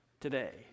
today